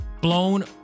blown